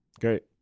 Great